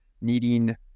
needing